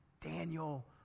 Daniel